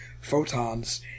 photons